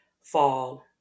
fall